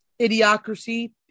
idiocracy